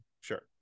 Sure